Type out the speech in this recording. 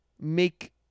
make